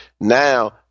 now